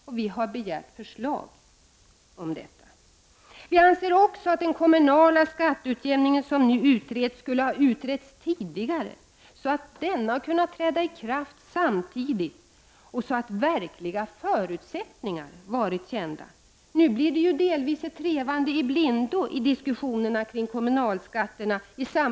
Vi har därför begärt förslag om detta. Vi anser också att den kommunala skatteutjämningen som nu utreds skulle ha utretts tidigare. Då hade den kunnat träda i kraft samtidigt. Därmed hade de verkliga förutsättningarna varit kända. Nu blir det delvis ett trevande i blindo i diskussionen kring kommunalskatterna.